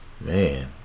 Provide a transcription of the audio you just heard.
man